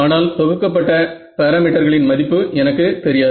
ஆனால் தொகுக்கப்பட்ட பாராமீட்டர்களின் மதிப்பு எனக்கு தெரியாது